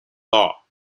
law